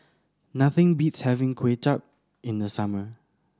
nothing beats having Kuay Chap in the summer